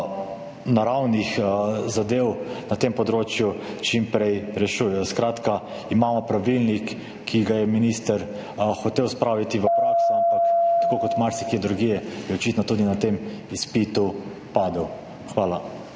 naravnih zadev na tem področju čim prej reši? Skratka, imamo pravilnik, ki ga je minister hotel spraviti v prakso, ampak je, tako kot marsikje drugje, očitno tudi na tem izpitu padel. Hvala.